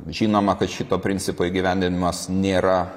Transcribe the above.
žinoma kad šito principo įgyvendinimas nėra